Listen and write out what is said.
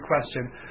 question